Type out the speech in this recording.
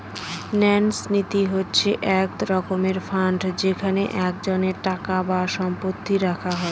ন্যাস নীতি হচ্ছে এক রকমের ফান্ড যেখানে একজনের টাকা বা সম্পত্তি রাখা হয়